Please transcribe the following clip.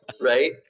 right